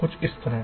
कुछ इस तरह